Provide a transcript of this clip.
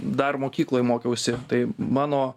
dar mokykloj mokiausi tai mano